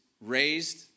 raised